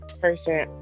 person